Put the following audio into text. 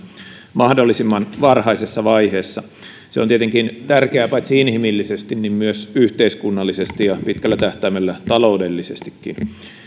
mahdollisimman varhaisessa vaiheessa se on tietenkin tärkeää paitsi inhimillisesti myös yhteiskunnallisesti ja pitkällä tähtäimellä taloudellisestikin